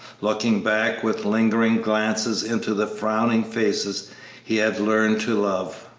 looking back with lingering glances into the frowning faces he had learned to love.